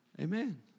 Amen